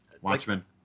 Watchmen